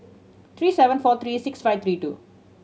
three seven four three six five three two